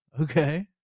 okay